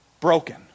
broken